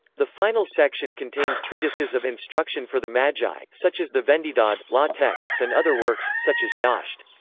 the final section contained treatises of instruction for the magi, such as the vendidad, law-texts and other works, such as yashts.